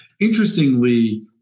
Interestingly